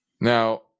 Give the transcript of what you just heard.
Now